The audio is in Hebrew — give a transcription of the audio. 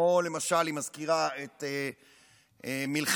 והיא מזכירה למשל את מלחמת,